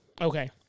Okay